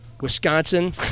Wisconsin